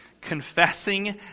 confessing